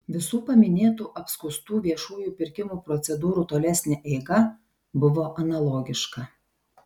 visų paminėtų apskųstų viešųjų pirkimų procedūrų tolesnė eiga buvo analogiška